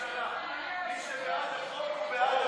מי שבעד החוק הוא בעד הממשלה.